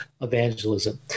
evangelism